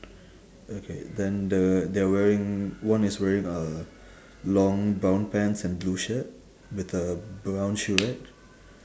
okay then the they are wearing one is wearing a long brown pants and blue shirt with the brown shoe right